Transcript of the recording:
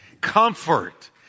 comfort